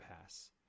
Pass